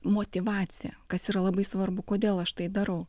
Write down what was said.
motyvacija kas yra labai svarbu kodėl aš tai darau